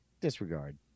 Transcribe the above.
disregard